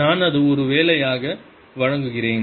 நான் அதை ஒரு வேலையாக வழங்குவேன்